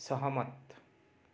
सहमत